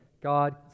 God